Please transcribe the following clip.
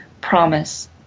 promise